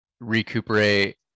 recuperate